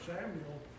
Samuel